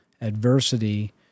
adversity